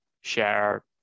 share